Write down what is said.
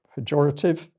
pejorative